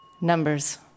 Numbers